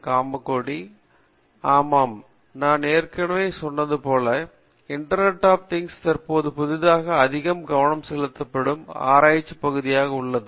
காமகோடி ஆமாம் நான் ஏற்கனவே சொன்னது போல இன்டர்நெட் அப் திங்ஸ் தற்போது புதிதாக அதிகம் கவணம் செலுத்தப்படும் ஆராய்ச்சி பகுதியாக உள்ளது